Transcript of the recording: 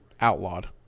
outlawed